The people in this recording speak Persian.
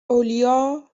اولیاء